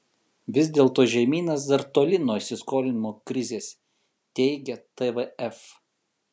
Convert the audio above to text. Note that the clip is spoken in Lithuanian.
vis dėlto žemynas dar toli nuo įsiskolinimo krizės teigia tvf